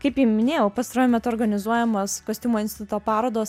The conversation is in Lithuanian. kaip jau minėjau pastaruoju metu organizuojamos kostiumo instituto parodos